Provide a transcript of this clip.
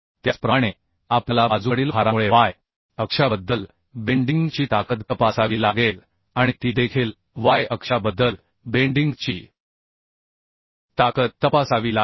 त्याचप्रमाणे आपल्याला बाजूकडील भारामुळे वायअक्षाबद्दल बेंडींग ची ताकद तपासावी लागेल आणि ती देखील वाय अक्षाबद्दल बेंडिंग ची ताकद तपासावी लागेल